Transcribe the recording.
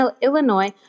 Illinois